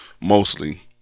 mostly